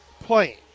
playing